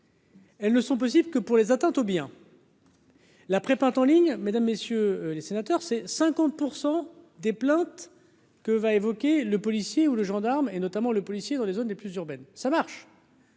Elles ne sont possibles que pour les atteintes aux biens. La peinte en ligne, mesdames, messieurs les sénateurs, c'est 50 % des plaintes que va évoquer le policier ou le gendarme et notamment le policier dans les zones les plus urbaine, ça marche.